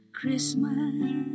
Christmas